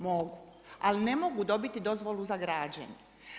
Mogu, ali ne mogu dobiti dozvolu za građenje.